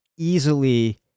easily